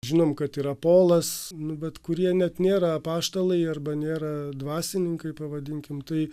žinom kad yra polas nu bet kurie net nėra apaštalai arba nėra dvasininkai pavadinkim tai